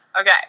okay